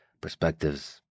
perspectives